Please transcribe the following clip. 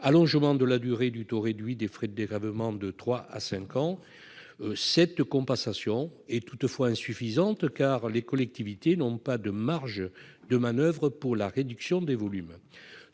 allongement de la durée du taux réduit des frais de dégrèvement, de trois à cinq ans. Ces mesures de compensation sont toutefois insuffisantes, car les collectivités n'ont pas de marge de manoeuvre pour réduire les volumes.